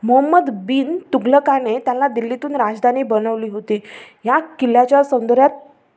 मोहम्मद बिन तुघलकाने त्याला दिल्लीतून राजधानी बनवली होती ह्या किल्ल्याच्या सौंदर्यात